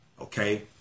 okay